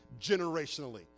generationally